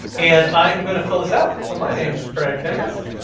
and i am gonna fill this out. so my name is craig dennis,